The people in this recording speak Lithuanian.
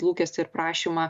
lūkestį ir prašymą